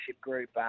group